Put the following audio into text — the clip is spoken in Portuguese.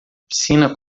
piscina